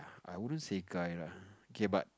I wouldn't say guy lah K but